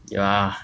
ya